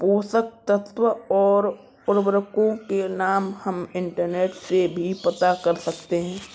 पोषक तत्व और उर्वरकों के नाम हम इंटरनेट से भी पता कर सकते हैं